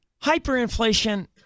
hyperinflation